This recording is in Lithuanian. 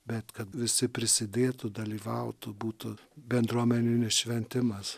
bet kad visi prisidėtų dalyvautų būtų bendruomeninis šventimas